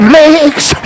legs